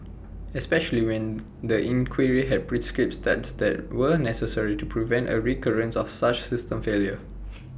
especially when the inquiry had prescribed steps that were necessary to prevent A recurrence of such system failure